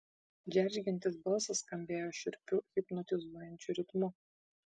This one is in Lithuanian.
džeržgiantis balsas skambėjo šiurpiu hipnotizuojančiu ritmu